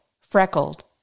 freckled